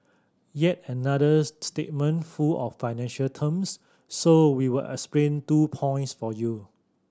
yet another statement full of financial terms so we will explain two points for you